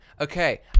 okay